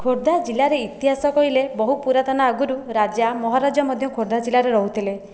ଖୋର୍ଦ୍ଧା ଜିଲ୍ଲାରେ ଇତିହାସ କହିଲେ ବହୁ ପୁରାତନ ଆଗରୁ ରାଜା ମହାରାଜା ମଧ୍ୟ ଖୋର୍ଦ୍ଧା ଜିଲ୍ଲାରେ ରହୁଥିଲେ